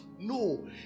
No